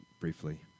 briefly